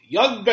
Young